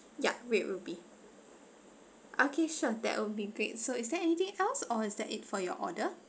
ya red ruby okay sure that would be great so is there anything else or is that it for your order